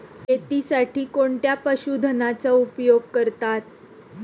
शेतीसाठी कोणत्या पशुधनाचा उपयोग करतात?